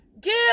Give